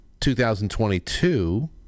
2022